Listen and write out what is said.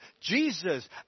Jesus